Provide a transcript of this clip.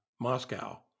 Moscow